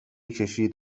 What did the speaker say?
کشید